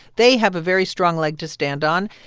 they have a very strong leg to stand on.